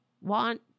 want